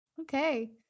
Okay